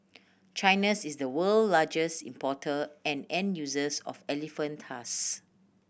China's is the world largest importer and end users of elephant tusks